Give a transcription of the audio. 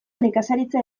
nekazaritza